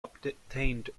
obtained